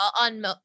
on